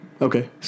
Okay